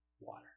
water